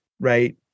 right